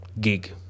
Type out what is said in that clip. gig